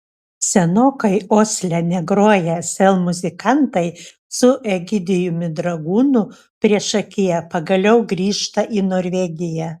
senokai osle negroję sel muzikantai su egidijumi dragūnu priešakyje pagaliau grįžta į norvegiją